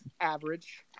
average